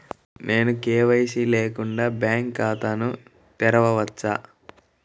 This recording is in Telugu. నేను కే.వై.సి లేకుండా బ్యాంక్ ఖాతాను తెరవవచ్చా?